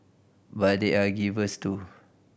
but they are givers too